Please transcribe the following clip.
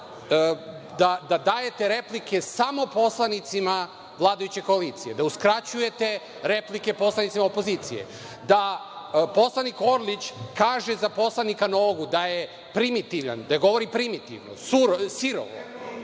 da dajete replike samo poslanicima vladajuće koalicije, da uskraćujete replike poslanicima opozicije, da poslanik Orlić kaže za poslanika Nogu da je primitivan, da govori primitivno, sirovo.